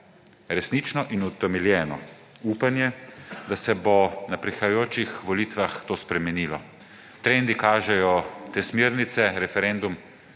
resnično in utemeljeno upanje, da se bo na prihajajočih volitvah to spremenilo. Trendi kažejo, te smernice, referendum